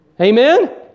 Amen